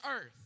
earth